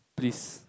please